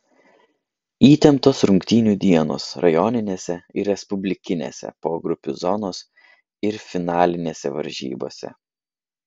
įtemptos rungtynių dienos rajoninėse ir respublikinėse pogrupių zonos ir finalinėse varžybose